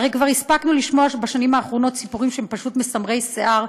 הרי כבר הספקנו לשמוע בשנים האחרונות סיפורים שהם פשוט מסמרי שיער,